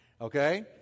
Okay